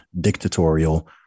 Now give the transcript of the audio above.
dictatorial